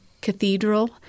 Cathedral